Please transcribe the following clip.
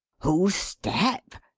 whose step?